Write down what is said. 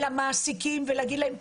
אל המעסיקים ולהגיד להם,